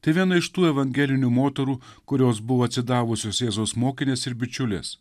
tai viena iš tų evangelinių moterų kurios buvo atsidavusios jėzaus mokinės ir bičiulės